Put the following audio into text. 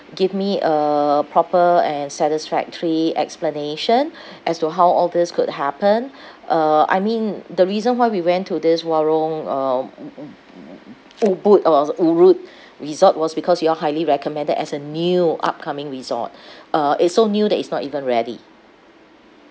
give me a proper and satisfactory explanation as to how all these could happen uh I mean the reason why we went to this warong um ubud or was urut resort was because you all highly recommended as a new upcoming resort uh it's so new that it's not even ready